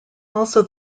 also